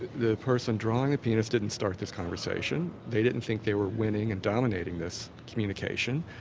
the person drawing the penis didn't start this conversation. they didn't think they were winning and dominating this communication.